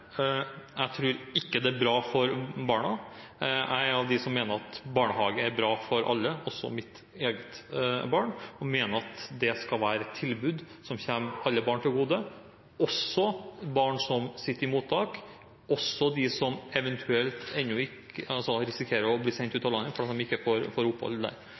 Jeg tror ikke det er bra for barna. Jeg er blant de som mener at barnehage er bra for alle, også for mitt eget barn, og mener at dette skal være et tilbud som kommer alle barn til gode, også barn som sitter på mottak, også de som eventuelt risikerer å bli sendt ut av landet, fordi de ikke får opphold